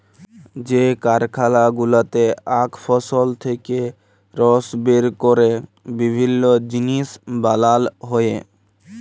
যে কারখালা গুলাতে আখ ফসল থেক্যে রস বের ক্যরে বিভিল্য জিলিস বানাল হ্যয়ে